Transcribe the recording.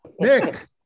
Nick